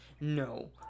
No